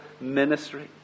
ministry